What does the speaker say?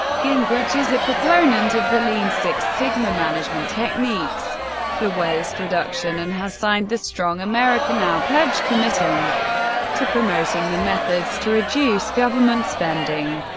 gingrich is a proponent of the lean six sigma management techniques for waste reduction, and has signed the strong america now pledge committing to promoting the methods to reduce government spending.